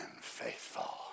faithful